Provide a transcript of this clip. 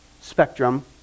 spectrum